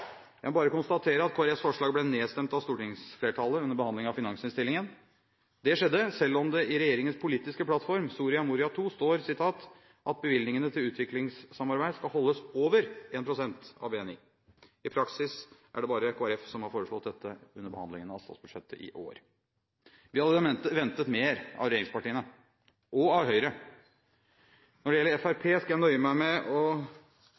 Jeg må bare konstatere at Kristelig Folkepartis forslag ble nedstemt av stortingsflertallet under behandlingen av finansinnstillingen. Det skjedde, selv om det i regjeringens politiske plattform, Soria Moria II står: « at bevilgningene til utviklingssamarbeid skal holdes over 1 prosent av BNI». I praksis er det bare Kristelig Folkeparti som har foreslått dette under behandlingen av statsbudsjettet i år. Vi hadde ventet mer av regjeringspartiene – og av Høyre. Når det gjelder Fremskrittspartiet, skal jeg nøye meg med å